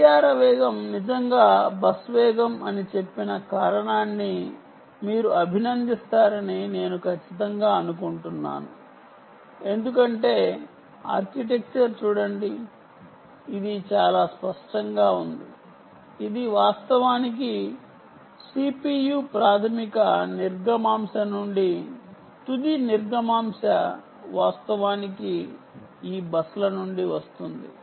clock speed నిజంగా bus speed అని చెప్పిన కారణాన్ని మీరు అభినందిస్తారని నేను ఖచ్చితంగా అనుకుంటున్నాను ఎందుకంటే ఆర్కిటెక్చర్ చూడండి ఇది చాలా స్పష్టంగా ఉంది ఇది వాస్తవానికి CPU ప్రాథమిక నిర్గమాంశ నుండి తుది నిర్గమాంశ వాస్తవానికి ఈ బస్ ల నుండి వస్తుంది